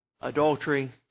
Adultery